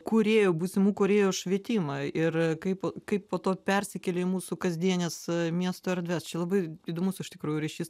kūrėjų būsimų kūrėjų švietimą ir kaip kaip po to persikelia į mūsų kasdienes miesto erdves čia labai įdomus iš tikrųjų ryšys